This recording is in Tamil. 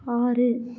ஆறு